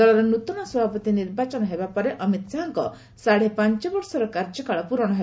ଦଳର ନୂତନ ସଭାପତି ନିର୍ବାଚନ ହେବା ପରେ ଅମିତ ଶାହାଙ୍କ ସାଢ଼େପାଞ୍ଚବର୍ଷର କାର୍ଯ୍ୟକାଳ ପୂରଣ ହେବ